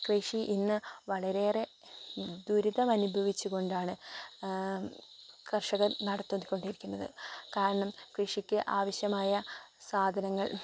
കൃഷി ഇന്ന് വളരെയേറെ ദുരിതമനുഭവിച്ചുകൊണ്ടാണ് കർഷകർ നടത്തിക്കൊണ്ടിരിക്കുന്നത് കാരണം കൃഷിയ്ക്ക് ആവശ്യമായ സാധനങ്ങൾ